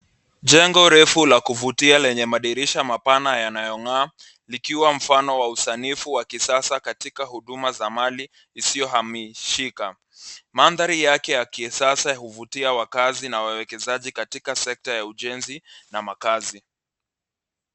Jengo refu la kuvutia lenye madirisha mapana yanayong'aa, likiwa mfano wa usanifuwa kisasa katika uduma za mali isioamishika. Mandhari yake ya kisasa uvutia wakazi na wawewekazi katika sekta ya ujenzi na makazi.